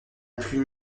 plus